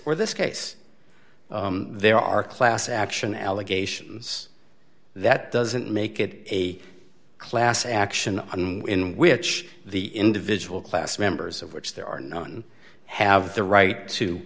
or this case there are class action allegations that doesn't make it a class action and in which the individual class members of which there are none have the right to